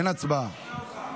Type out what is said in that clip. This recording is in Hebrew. אין הצבעה.